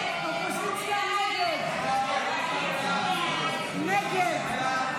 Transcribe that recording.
סעיפים 1 2, כהצעת הוועדה, נתקבלו.